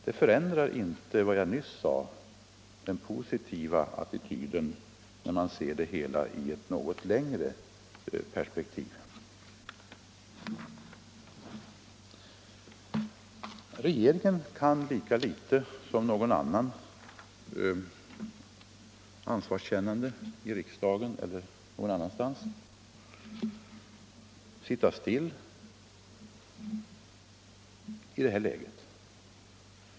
Det förändrar inte vad jag nyss sade om den positiva attityden när man ser det hela i ett något längre perspektiv. Regeringen kan lika litet som någon annan ansvarskännande i riksdagen eller någon annanstans sitta still i detta läge.